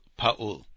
pa'ul